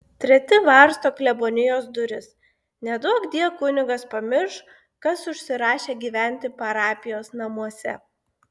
treti varsto klebonijos duris neduokdie kunigas pamirš kas užsirašė gyventi parapijos namuose